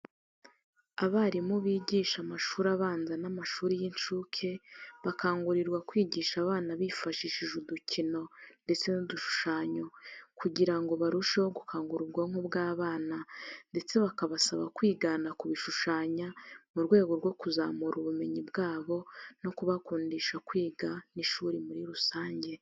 Abarimu bigisha amashuri abanza n'amashuri y'inshuke bakangurirwa kwigisha abana bifashishije udukino ndetse n'udushushanyo kugira ngo barusheho gukangura ubwonko bw'abana ndetse bakabasaba kwigana kubishushanya mu rwego rwo kuzamura ubumenyi bwabo no kubakundisha kwiga n'ishuri muri rusange.